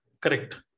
correct